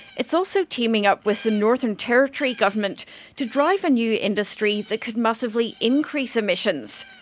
it's also teaming up with the northern territory government to drive a new industry that could massively increase emissions.